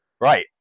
right